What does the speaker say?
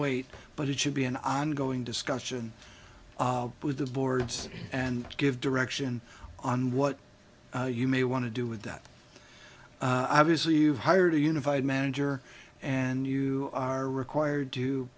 wait but it should be an ongoing discussion with the boards and give direction on what you may want to do with that i obviously you hired a unified manager and you are required